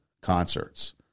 concerts